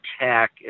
tech